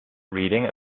reading